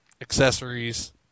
accessories